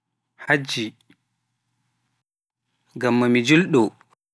Hajji ngamma mi Julɗo